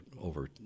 over